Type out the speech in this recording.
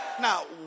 Now